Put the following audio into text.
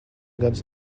gadus